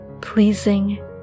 pleasing